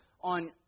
on